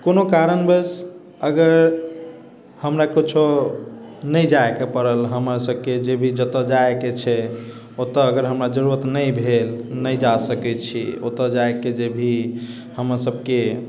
कोनो कारणवश अगर हमरा कुछो नहि जाइके पड़ल हमरा सबके जे भी जतऽ जाइके छै ओतऽ अगर हमरा जरूरत नहि भेल नहि जा सकै छी ओतऽ जाइके जे भी हमसबके